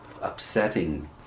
upsetting